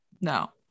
no